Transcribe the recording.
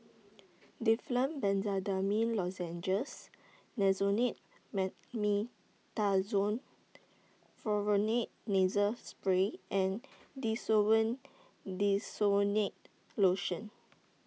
Difflam Benzydamine Lozenges Nasonex Mometasone Nasal Spray and Desowen Desonide Lotion